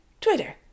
Twitter